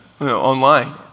online